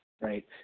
right